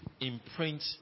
Imprint